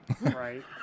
Right